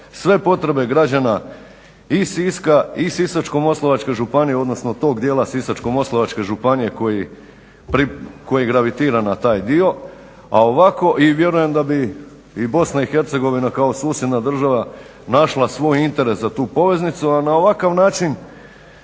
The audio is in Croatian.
sve potrebe građana i Siska, i Sisačko-moslavačke županije, odnosno tog dijela Sisačko-moslavačke županije koji gravitira na taj dio, a ovako i vjerujem da bi i BIH kao susjedna država našla svoj interes za tu poveznicu, a na ovakav način